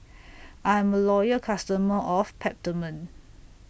I'm A Loyal customer of Peptamen